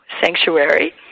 sanctuary